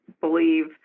believe